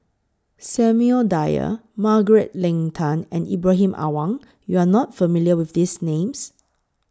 Samuel Dyer Margaret Leng Tan and Ibrahim Awang YOU Are not familiar with These Names